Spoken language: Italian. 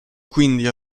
quindi